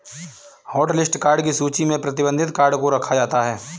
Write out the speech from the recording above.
hotlist card की सूची में प्रतिबंधित कार्ड को रखा जाता है